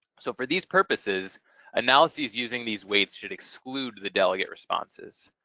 so for these purposes analyses using these weights should exclude the delegate responses.